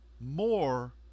more